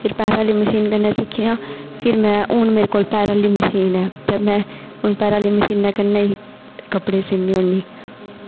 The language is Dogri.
फिर पैरे आह्ली मशीन कन्नै सिक्खेआ फिर में हून मेरे कोल पैरा आह्ली मशीन ऐ हून में पैरें आह्ली मशीन कन्नै ई कपड़े सीह्नी होनी